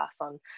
on